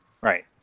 Right